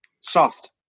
Soft